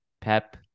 Pep